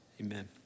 Amen